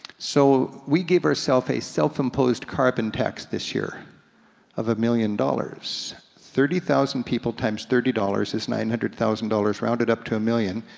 so, we gave ourself a self-imposed carbon tax this year of a million dollars. thirty thousand people times thirty dollars is nine hundred thousand dollars rounded up to a million,